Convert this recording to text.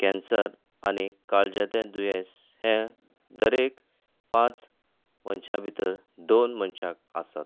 cancer आनी काळजाचें दुयेंस हें दरेक पांच मनशां भितर दोन मनशांक आसात